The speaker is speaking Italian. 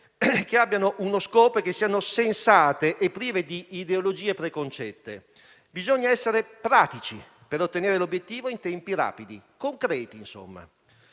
che abbiano uno scopo e che siano sensate e prive di ideologie preconcette. Bisogna essere pratici per ottenere l'obiettivo in tempi rapidi: concreti, insomma.